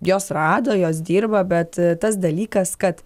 gi jos rado jos dirba bet tas dalykas kad